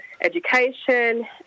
education